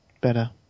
better